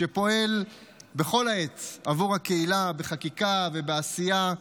שפועל בכל העת עבור הקהילה בחקיקה ובעשייה